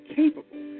capable